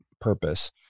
purpose